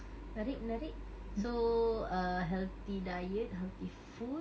menarik menarik so err healthy diet healthy food